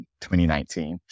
2019